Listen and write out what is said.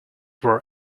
were